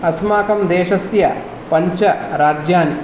अस्माकं देशस्य पञ्च राज्यानि